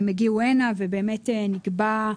שיעורי המס שנקבעו